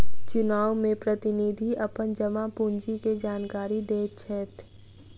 चुनाव में प्रतिनिधि अपन जमा पूंजी के जानकारी दैत छैथ